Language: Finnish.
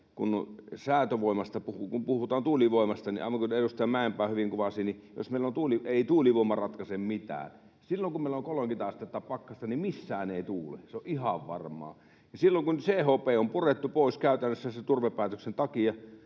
kun puhutaan tuulivoimasta, niin aivan kuten edustaja Mäenpää hyvin kuvasi, ei tuulivoima ratkaise mitään. Silloin kun meillä on 30 astetta pakkasta, niin missään ei tuule, se on ihan varmaa. Ja silloin kun CHP on purettu pois, käytännössä turvepäätöksen takia